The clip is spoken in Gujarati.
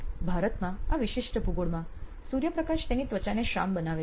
ભારતમાં આ વિશિષ્ટ ભૂગોળમાં સૂર્યપ્રકાશ તેની ત્વચાને શ્યામ બનાવે છે